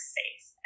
safe